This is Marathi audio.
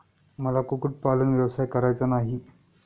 मला कुक्कुटपालन व्यवसाय करायचा नाही